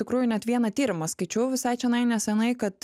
tikrųjų net vieną tyrimą skaičiau visai čionai nesenai kad